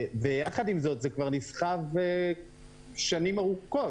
יחד עם זאת, זה כבר נסחב שנים ארוכות.